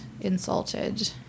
insulted